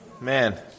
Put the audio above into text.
Man